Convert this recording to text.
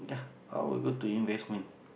I will go to investment